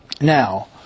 Now